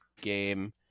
game